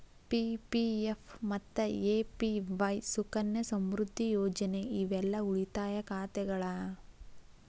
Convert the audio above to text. PPF ಮತ್ತ APY Sukanya Samriddhi ಯೋಜನೆ ಇವೆಲ್ಲಾ ಉಳಿತಾಯ ಖಾತೆಗಳ